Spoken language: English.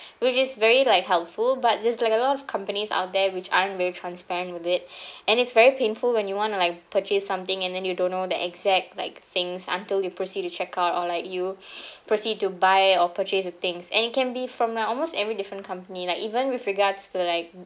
which is very like helpful but there's like a lot of companies out there which aren't very transparent with it and it's very painful when you want to like purchase something and then you don't know the exact like things until you proceed to checkout or like you proceed to buy or purchase the things and it can be from like almost every different company like even with regards to like